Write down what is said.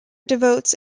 devotes